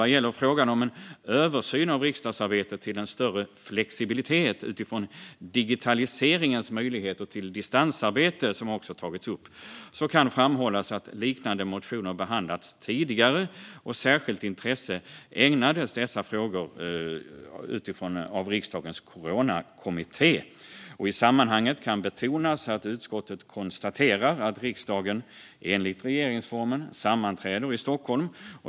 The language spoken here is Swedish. Vad gäller frågan om en översyn av riksdagsarbetet i fråga om större flexibilitet utifrån digitaliseringens möjligheter till distansarbete, som också har tagits upp, kan det framhållas att liknande motioner behandlats tidigare. Särskilt intresse ägnades dessa frågor av riksdagens coronakommitté. I sammanhanget kan betonas att utskottet konstaterar att riksdagen enligt regeringsformen sammanträder i Stockholm.